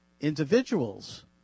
individuals